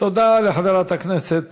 תודה לחברת הכנסת